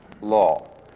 law